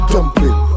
Dumpling